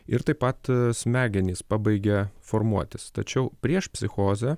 ir taip pat smegenys pabaigia formuotis tačiau prieš psichozę